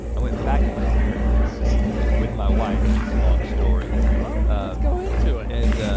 i went back to my therapist with my wife, it's a long story. well let's go into it. and